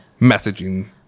Messaging